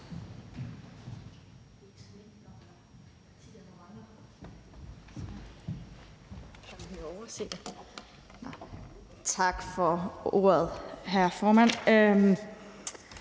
Tak for ordet, hr. formand.